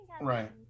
right